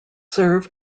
serve